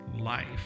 life